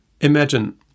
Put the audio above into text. Imagine